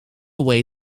way